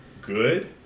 good